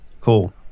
Cool